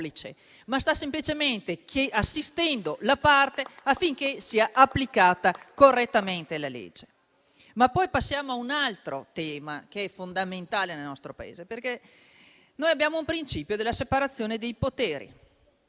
ma sta semplicemente assistendo la parte affinché sia applicata correttamente la legge. Passiamo a un altro tema che è fondamentale nel nostro Paese. Abbiamo il principio della separazione dei poteri